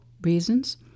reasons